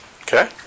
Okay